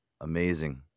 amazing